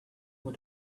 what